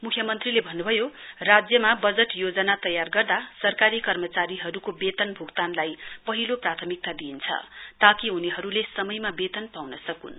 मुख्यमन्त्रीले भन्न्भयो राज्यमा वजट योजना तयार गर्दा सरकारी कर्मचारीहरुको वेतन भुक्तानलाई पहिलो प्रात्यमिकता दिइन्छ ताकि उनीहरुले समयमा वेतन पाउन सकुन्